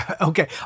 Okay